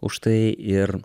už tai ir